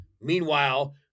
Meanwhile